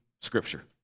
Scripture